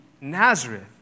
Nazareth